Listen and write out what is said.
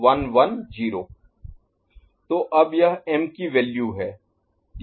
तो अब यह m की वैल्यू है